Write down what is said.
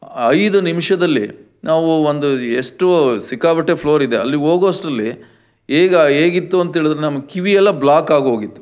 ಐದು ನಿಮಿಷದಲ್ಲಿ ನಾವು ಒಂದು ಎಷ್ಟು ಸಿಕ್ಕಾಪಟ್ಟೆ ಫ್ಲೋರಿದೆ ಅಲ್ಲಿಗೆ ಹೋಗೋ ಅಷ್ಟರಲ್ಲಿ ಈಗ ಹೇಗಿತ್ತು ಅಂತೇಳದ್ರೆ ನಮ್ಮ ಕಿವಿಯೆಲ್ಲ ಬ್ಲಾಕಾಗಿ ಹೋಗಿತ್ತು